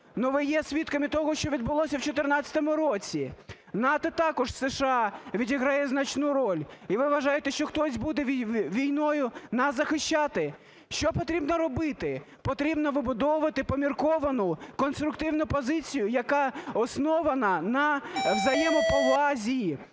Но ви є свідками того, що відбулося в 14-му році. В НАТО також США відіграє значну роль, і ви вважаєте, що хтось буде війною нас захищати? Що потрібно робити? Потрібно вибудовувати помірковану, конструктивну позицію, яка основана на взаємоповазі